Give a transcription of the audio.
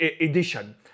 edition